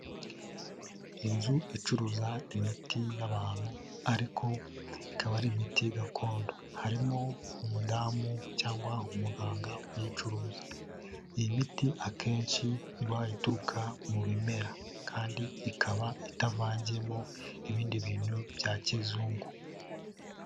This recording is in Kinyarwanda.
Inzu icuruza imiti y'abantu ariko ikaba ari imiti gakondo. Harimo umudamu cyangwa umuganga uyicuruza. Iyi miti akenshi iba ituruka mu bimera kandi ikaba itavangiyemo ibindi bintu bya kizungu.